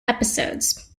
episodes